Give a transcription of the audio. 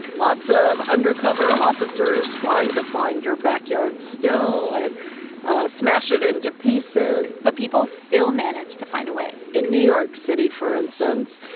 lots ah of of undercover officers trying to find your backyard still and smash it into pieces but people still managed to find a way in new york city, for instance,